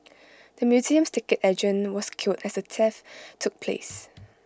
the museum's ticket agent was killed as the theft took place